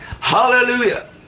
Hallelujah